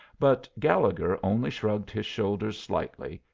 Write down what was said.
but gallegher only shrugged his shoulders slightly,